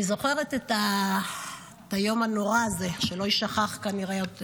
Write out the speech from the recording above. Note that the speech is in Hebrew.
אני זוכרת את היום הנורא הזה, שלא אשכח כנראה כל